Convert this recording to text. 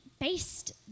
based